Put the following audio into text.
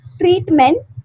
treatment